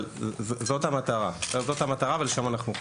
אבל זאת המטרה ולשם אנחנו חותרים.